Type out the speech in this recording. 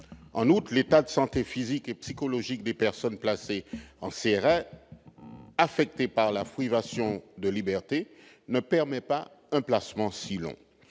En outre, l'état de santé physique et psychologique des personnes placées en CRA, lesquelles sont affectées par la privation de liberté, ne permet pas un placement si long.